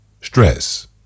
Stress